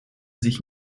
zich